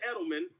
Edelman